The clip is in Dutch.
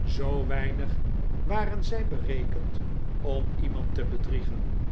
zoo weinig waren zij berekend om iemand te bedriegen